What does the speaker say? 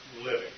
living